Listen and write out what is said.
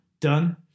done